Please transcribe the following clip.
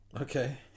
Okay